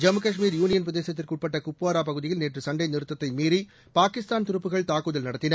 Jammu Kashmir union பிரதேசத்திற்கு உட்பட்ட குப்வாரா பகுதியில் நேற்று சண்டை நிறுத்தத்தை மீறி பாகிஸ்தான் துருப்புகள் தாக்குதல் நடத்தின